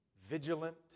vigilant